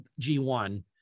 G1